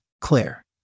Claire